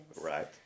Right